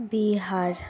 Bihar